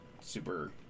super